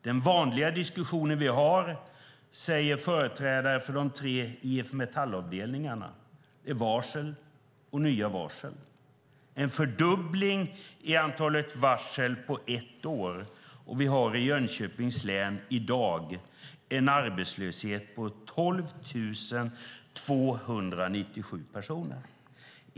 Den vanliga diskussionen vi har, säger företrädare för de tre IF Metall-avdelningarna, handlar om varsel och nya varsel. Det är en fördubbling av antalet varsel på ett år, och vi har i Jönköpings län i dag en arbetslöshet på 12 297 personer.